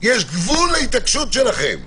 יש גבול להתעקשות שלכם.